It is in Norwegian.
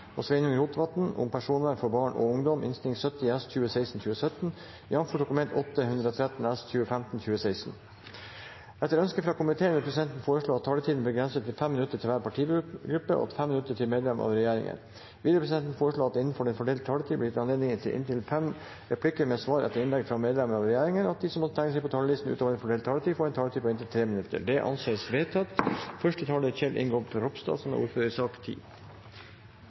og 11 behandles under ett. – Det anses vedtatt. Etter ønske fra justiskomiteen vil presidenten foreslå at taletiden blir begrenset til 5 minutter til hver partigruppe og 5 minutter til medlemmer av regjeringen. Videre vil presidenten foreslå at det – innenfor den fordelte taletiden – blir gitt anledning til inntil fem replikker med svar etter innlegg fra medlemmer av regjeringen, og at de som måtte tegne seg på talerlisten utover den fordelte taletid, får en taletid på inntil 3 minutter. – Det anses vedtatt. Personvern er en viktig rett i